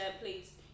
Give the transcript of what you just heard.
please